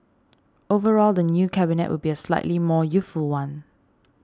overall the new Cabinet will be a slightly more youthful one